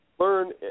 Learn